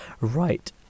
right